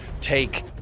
take